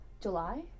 July